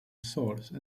source